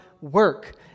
work